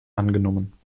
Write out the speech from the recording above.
angenommen